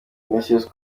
ignatius